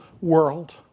world